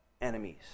enemies